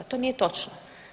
To nije točno.